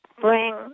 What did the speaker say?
bring